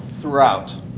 throughout